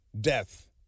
death